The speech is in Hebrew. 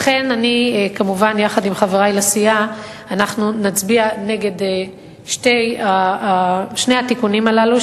לכן אני וכמובן חברי לסיעה נצביע נגד שני התיקונים הללו,